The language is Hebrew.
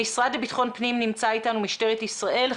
המשרד לביטחון פנים נמצא איתנו, משטרת ישראל.